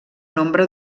nombre